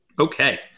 Okay